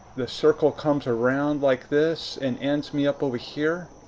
the circle comes around like this and ends me up over here,